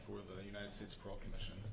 for the united states crawl commission